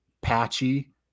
Patchy